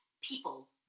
people